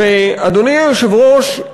אדוני היושב-ראש,